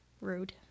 rude